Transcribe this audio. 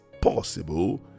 possible